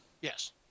Yes